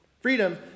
Freedom